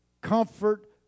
comfort